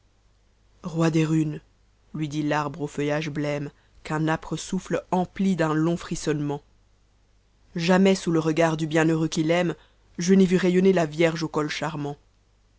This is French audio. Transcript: rot des runes lui dit i'arbre au euiitage blême qu'un âpre souttie emplit d'un long frissonnement jamais sous le regard du bieulieureux qui'l'aime je n'a vu rayonner la vierge au col charmant